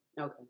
Okay